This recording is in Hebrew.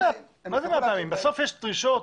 בסוף יש דרישות.